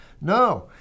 No